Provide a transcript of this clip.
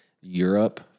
Europe